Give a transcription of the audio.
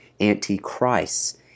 Antichrist